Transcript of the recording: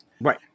Right